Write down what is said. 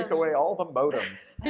away all the modems.